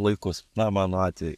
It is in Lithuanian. laikus na mano atveju